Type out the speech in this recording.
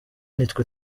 nitwe